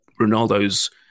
Ronaldo's